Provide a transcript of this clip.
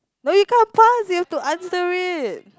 no you can't pass you have to answer it